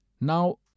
Now